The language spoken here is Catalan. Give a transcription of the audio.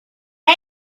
ell